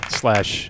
slash